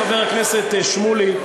חבר הכנסת שמולי,